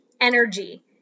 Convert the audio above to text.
energy